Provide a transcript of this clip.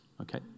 Okay